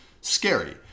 scary